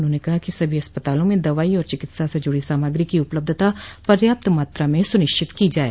उन्होंने कहा कि सभी अस्पतालों में दवाई और चिकित्सा से जुड़ी सामग्री की उपलब्धता पर्याप्त मात्रा में सुनिश्चित की जाये